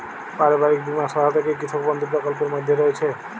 পারিবারিক বীমা সহায়তা কি কৃষক বন্ধু প্রকল্পের মধ্যে রয়েছে?